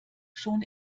schon